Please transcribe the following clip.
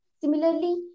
Similarly